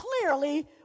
clearly